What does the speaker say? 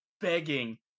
begging